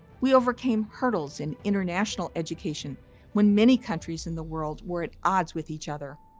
we overcame hurdles in international education when many countries in the world were at odds with each other.